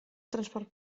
transport